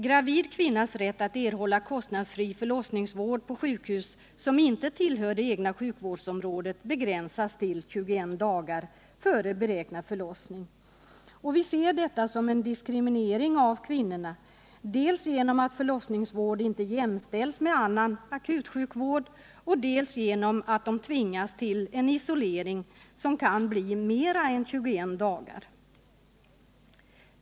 Gravid kvinnas rätt att erhålla kostnadsfri förlossningsvård på sjukhus som inte tillhör det egna sjukvårdsområdet upphör 21 dagar före beräknad förlossning. Vi ser detta som en diskriminering av kvinnorna, dels genom att förlossningsvård inte jämställs med annan akutsjukvård, dels genom att de tvingas till en isolering som kan bli längre än 21 dagar.